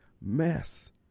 mess